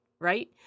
right